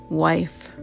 wife